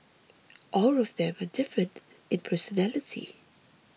all of them are different in personality